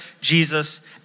Jesus